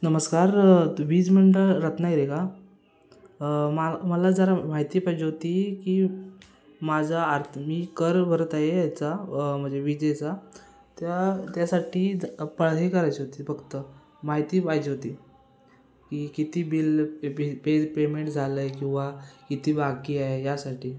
नमस्कार तू वीज मंडळ रत्नागिरी का मा मला जरा माहिती पाहिजे होती की माझा आर्थ मी कर भरत आहे याचा म्हणजे विजेचा त्या त्यासाठी पळ हे करायची होती फक्त माहिती पाहिजे होती की किती बिल पे पे पेमेंट झालं आहे किंवा किती बाकी आहे यासाठी